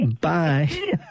Bye